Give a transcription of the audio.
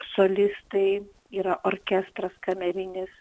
solistai yra orkestras kamerinis